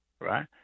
right